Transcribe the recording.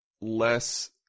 less